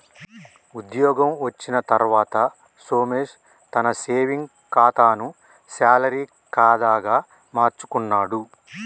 ఉద్యోగం వచ్చిన తర్వాత సోమేశ్ తన సేవింగ్స్ కాతాను శాలరీ కాదా గా మార్చుకున్నాడు